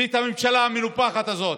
ואת הממשלה המנופחת הזאת,